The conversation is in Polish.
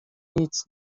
nic